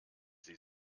sie